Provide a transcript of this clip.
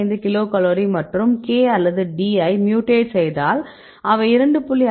5 kilo calorie மற்றும் K அல்லது D ஐ மியூடேட் செய்தால் அவை 2